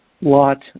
lot